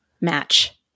match